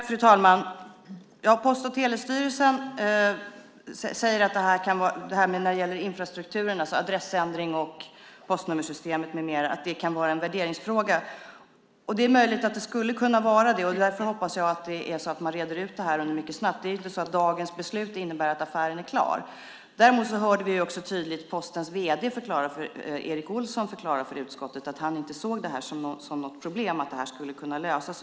Fru talman! Post och telestyrelsen säger när det gäller infrastrukturen, alltså adressändring, postnummersystemet med mera, att det kan vara en värderingsfråga. Det är möjligt att det skulle kunna vara det. Därför hoppas jag att man reder ut detta mycket snabbt. Det är inte så att dagens beslut innebär att affären är klar. Däremot hörde vi tydligt Postens vd Erik Olsson förklara för utskottet att han inte såg detta som något problem utan att detta skulle kunna lösas.